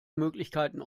möglichkeiten